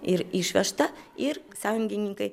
ir išvežta ir sąjungininkai